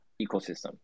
ecosystem